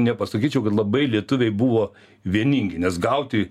nepasakyčiau kad labai lietuviai buvo vieningi nes gauti